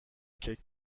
کیک